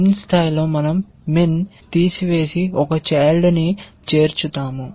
min స్థాయిలో మన০ min తీసివేసి ఒక చైల్డ్ ని చేర్చుతాము